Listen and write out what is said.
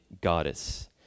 goddess